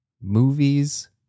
movies